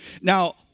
Now